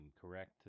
Correct